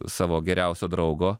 savo geriausio draugo